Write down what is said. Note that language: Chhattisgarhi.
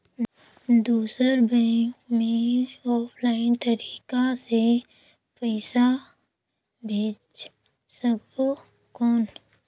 दुसर बैंक मे ऑफलाइन तरीका से पइसा भेज सकबो कौन?